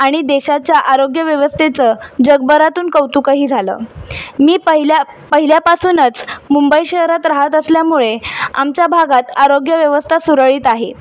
आणि देशाच्या आरोग्यव्यवस्थेचं जगभरातून कौतुकही झालं मी पहिल्या पहिल्यापासूनच मुंबई शहरात राहत असल्यामुळे आमच्या भागात आरोग्यव्यवस्था सुरळीत आहे